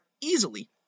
easily